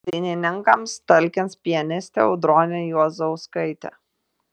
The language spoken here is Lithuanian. dainininkams talkins pianistė audronė juozauskaitė